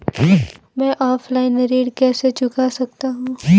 मैं ऑफलाइन ऋण कैसे चुका सकता हूँ?